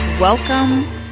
Welcome